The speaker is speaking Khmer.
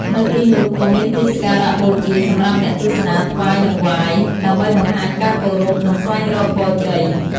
នៅទីនោះក៏មានទីសក្ការៈបូជាសម្រាប់អ្នកទស្សនាថ្វាយតង្វាយ ដើម្បីបង្ហាញការគោរព និងស្វែងរកពរជ័យ។